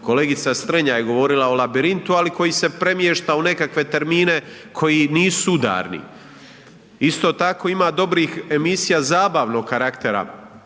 kolegica Strenja je govorila o „Labirintu“, ali koji se premiješta u nekakve termine koji nisu udarni. Isto tako ima dobrih emisija zabavnog karaktera